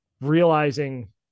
realizing